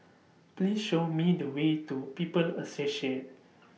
Please Show Me The Way to People's Associate